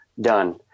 done